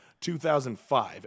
2005